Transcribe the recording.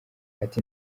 ati